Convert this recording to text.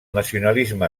nacionalisme